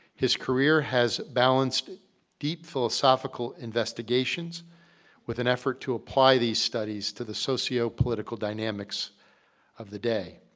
his career has balanced deep philosophical investigations with an effort to apply these studies to the sociopolitical dynamics of the day.